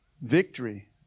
Victory